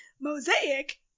Mosaic